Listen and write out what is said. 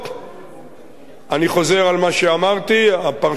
אני חוזר על מה שאמרתי, הפרשנות על המפרש: